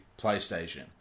PlayStation